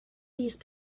these